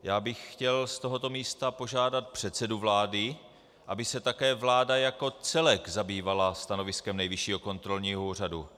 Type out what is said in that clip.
Já bych chtěl z tohoto místa požádat předsedu vlády, aby se také vláda jako celek zabývala stanoviskem Nejvyššího kontrolního úřadu.